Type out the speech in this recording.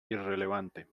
irrelevante